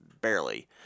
barely